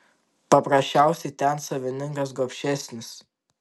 paprasčiausiai ten savininkas gobšesnis